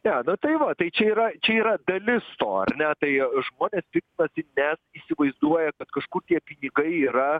ne na tai va tai čia yra čia yra dalis to ar ne tai žmonės piktinasi nes įsivaizduoja kad kažkokie pinigai yra